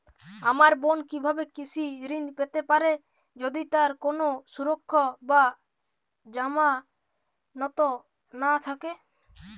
আমার বোন কীভাবে কৃষি ঋণ পেতে পারে যদি তার কোনো সুরক্ষা বা জামানত না থাকে?